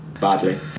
Badly